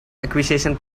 acquisition